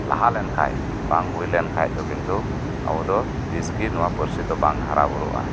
ᱞᱟᱦᱟ ᱞᱮᱱᱠᱷᱟᱡ ᱵᱟᱝ ᱦᱩᱭᱞᱮᱱᱠᱷᱟᱡ ᱫᱚ ᱠᱤᱱᱛᱩ ᱟᱵᱩᱫᱚ ᱛᱤᱥᱜᱤ ᱱᱚᱣᱟ ᱯᱟᱹᱨᱥᱤ ᱫᱚ ᱵᱟᱝ ᱦᱟᱨᱟ ᱵᱩᱨᱩᱜᱼᱟ